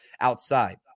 outside